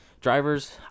Drivers